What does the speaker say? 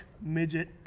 midget